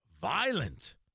violent